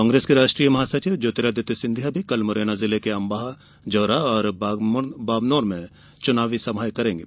कांग्रेस के राष्ट्रीय महासचिव ज्योतिरादित्य सिंधिया कल मुरैना जिले के अंबाह जौरा और बामनौर चुनावी सभाये करेंगे